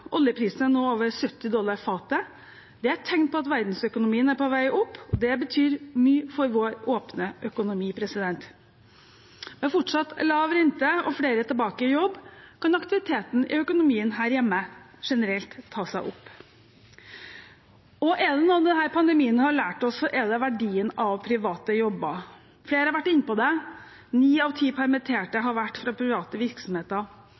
nå på over 70 dollar fatet. Det er et tegn på at verdensøkonomien er på vei opp, og det betyr mye for vår åpne økonomi. Med fortsatt lav rente og flere tilbake i jobb kan aktiviteten i økonomien her hjemme generelt ta seg opp. Er det noe denne pandemien har lært oss, er det verdien av private jobber. Flere har vært inne på det: Ni av ti permitterte har vært fra private virksomheter.